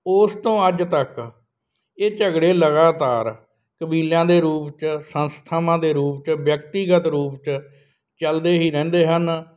ਉਸ ਤੋਂ ਅੱਜ ਤੱਕ ਇਹ ਝਗੜੇ ਲਗਾਤਾਰ ਕਬੀਲਿਆਂ ਦੇ ਰੂਪ 'ਚ ਸੰਸਥਾਵਾਂ ਦੇ ਰੂਪ 'ਚ ਵਿਅਕਤੀਗਤ ਰੂਪ 'ਚ ਚਲਦੇ ਹੀ ਰਹਿੰਦੇ ਹਨ